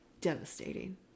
Devastating